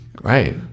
Right